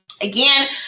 Again